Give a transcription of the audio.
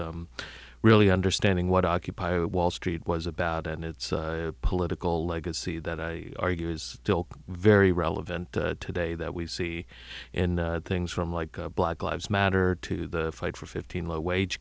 really understanding what occupy wall street was about and its political legacy that i argue is still very relevant today that we see in things from like black lives matter to the fight for fifteen low wage